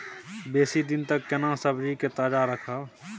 बेसी दिन तक केना सब्जी के ताजा रखब?